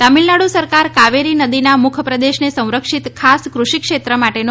તમીળનાડુ સરકાર કાવેરી નદીના મુખપ્રદેશને સંરક્ષિત ખાસ કૃષિ ક્ષેત્ર માટેનો